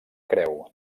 creu